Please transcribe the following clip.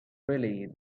really